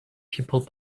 people